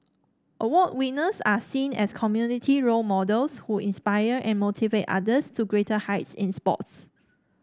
award winners are seen as community role models who inspire and motivate others to greater heights in sports